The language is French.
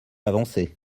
avancée